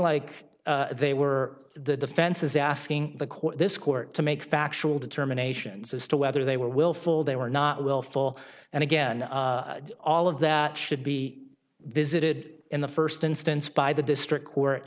like they were the defense is asking the court this court to make factual determination as to whether they were willful they were not willful and again all of that should be visited in the first instance by the district court